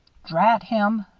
drat him,